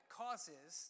causes